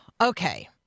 okay